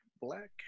Black